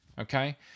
okay